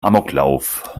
amoklauf